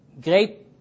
great